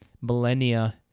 millennia